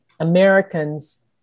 Americans